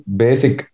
basic